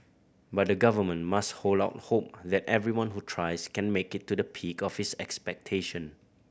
but the Government must hold out hope that everyone who tries can make it to the peak of his expectation